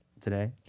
today